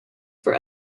for